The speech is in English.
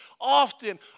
often